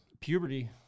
Puberty